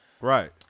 right